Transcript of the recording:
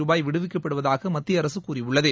ருபாய் விடுவிக்கப்படுவதாகமத்தியஅரசுகூறியுள்ளது